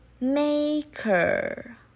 maker